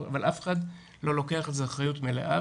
אבל אף אחד לא לוקח על זה אחריות מלאה,